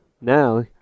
now